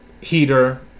heater